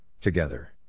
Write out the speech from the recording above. together